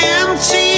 empty